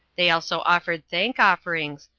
they also offered thank-offerings,